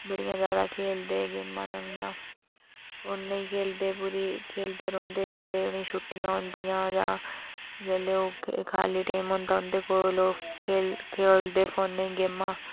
बडियां ज्यादा खेलदे गेमा नमियां फोने च खेलदे रौंहदे जेहले उनेंगी छुट्टियां होंदिया जां जेहले ओह् खाली टेंम हुंदा उंदे कोल ओह् खेलदे फोने च गेंमा